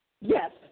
Yes